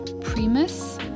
Primus